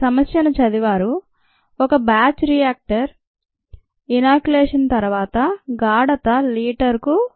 సమస్య ను చదివారు ఒక బ్యాచ్ బయోరియాక్టర్ లో ఇనాక్యులేషన్ తరువాత గాఢత లీటరుకు 0